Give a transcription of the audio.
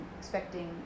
expecting